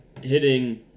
hitting